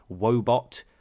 wobot